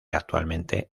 actualmente